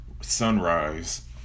sunrise